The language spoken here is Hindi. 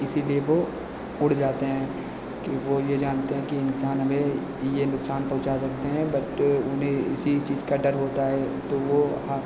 इसीलिए वह उड़ जाते हैं कि वह यह जानते हैं इन्सान हमें यह नुकसान पहुँचा सकते हैं बल्कि उन्हें इसी चीज़ का डर होता है तो वह